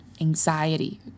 anxiety